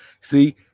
See